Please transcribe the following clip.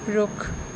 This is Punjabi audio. ਰੁੱਖ